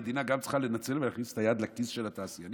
המדינה גם צריכה לנצל ולהכניס את היד לכיס של התעשיינים,